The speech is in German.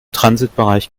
transitbereich